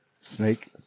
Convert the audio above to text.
Snake